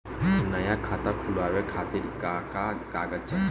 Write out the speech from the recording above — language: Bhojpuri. नया खाता खुलवाए खातिर का का कागज चाहीं?